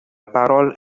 parole